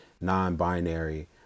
non-binary